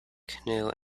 canoe